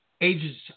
ages